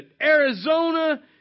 Arizona